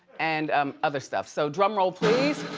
and um other stuff, so drum roll, please.